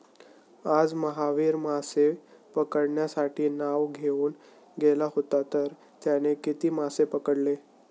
आज महावीर मासे पकडण्यासाठी नाव घेऊन गेला होता तर त्याने किती मासे पकडले?